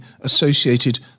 associated